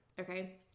okay